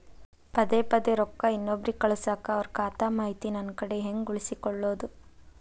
ಪದೆ ಪದೇ ರೊಕ್ಕ ಇನ್ನೊಬ್ರಿಗೆ ಕಳಸಾಕ್ ಅವರ ಖಾತಾ ಮಾಹಿತಿ ನನ್ನ ಕಡೆ ಹೆಂಗ್ ಉಳಿಸಿಕೊಳ್ಳೋದು?